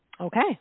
Okay